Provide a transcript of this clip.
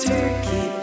Turkey